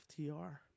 FTR